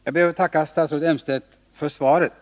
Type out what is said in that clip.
Herr talman! Jag ber att få tacka statsrådet Elmstedt för svaret.